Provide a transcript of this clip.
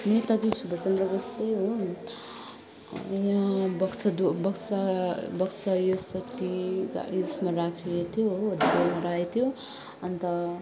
नेताजी सुभाषचन्द्र बोस चाहिँ हो यहाँ बक्सा डुव बक्सा बक्सा उयोमा राखिरहेको थियो हो जेलमा राखेको थियो अन्त